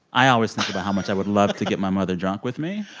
i always think about how much i would love to get my mother drunk with me.